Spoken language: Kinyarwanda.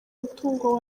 umutungo